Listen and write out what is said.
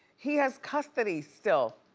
he has custody still,